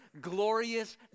glorious